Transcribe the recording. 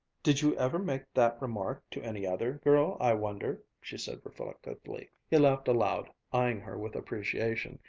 did you ever make that remark to any other girl, i wonder? she said reflectively. he laughed aloud, eyeing her with appreciation,